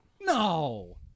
no